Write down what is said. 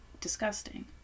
disgusting